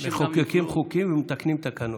מחוקקים חוקים ומתקנים תקנות.